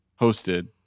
hosted